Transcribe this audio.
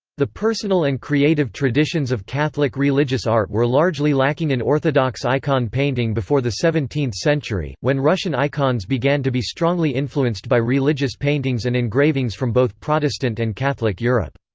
the personal and creative traditions of catholic religious art were largely lacking in orthodox icon painting before the seventeenth century, when russian icons began to be strongly influenced by religious paintings and engravings from both protestant and catholic europe.